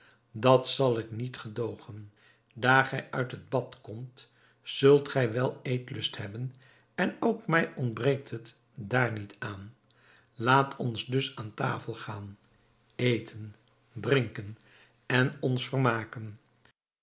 dat zal ik niet gedoogen daar gij uit het bad komt zult gij wel eetlust hebben en ook mij ontbreekt het daar niet aan laat ons dus aan tafel gaan eten drinken en ons vermaken